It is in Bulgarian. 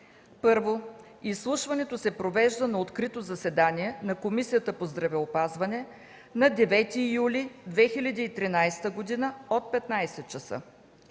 1. Изслушването се провежда на открито заседание на Комисията по здравеопазването на 9 юли 2013 г. от 15,00 ч.